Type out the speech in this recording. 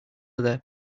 other